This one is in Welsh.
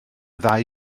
ddau